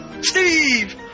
Steve